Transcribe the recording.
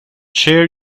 share